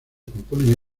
componen